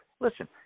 Listen